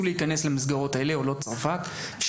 להיכנס למסגרות האמורות ולא התקבלו.